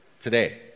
today